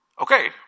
Okay